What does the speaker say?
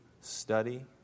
study